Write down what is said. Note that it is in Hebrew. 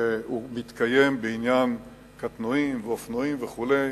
והוא מתקיים בעניין קטנועים ואופנועים וכו'.